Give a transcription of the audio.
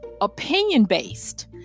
opinion-based